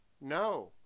no